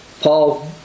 Paul